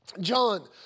John